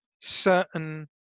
Certain